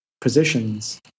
positions